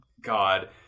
God